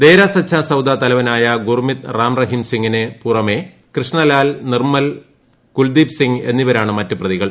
ദേര സച്ചാ സൌദ തലവനായ ഗുർമിത് റാം റഹിം സിങിന് പുറമെ കൃഷ്ണലാൽ നിർമ്മൽ കുൽദ്ദീപ് സിങ് എന്നിവരാണ് മറ്റ് പ്രതികൾ